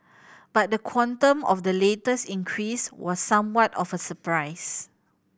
but the quantum of the latest increase was somewhat of a surprise